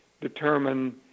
determine